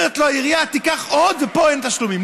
אומרת לו העירייה: קח עוד, ופה אין תשלומים.